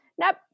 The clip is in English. nope